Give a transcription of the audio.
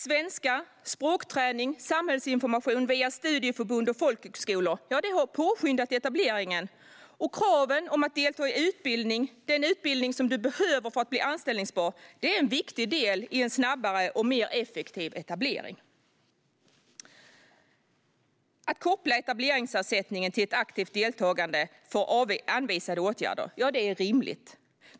Svenska, språkträning och samhällsinformation via studieförbund och folkhögskolor har påskyndat etableringen. Kravet om att delta i den utbildning du behöver för att bli anställningsbar är en viktig del i en snabbare och mer effektiv etablering. Att koppla etableringsersättningen till ett aktivt deltagande i anvisade åtgärder är rimligt.